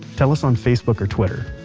tell us on facebook or twitter.